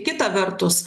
kita vertus